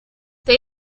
they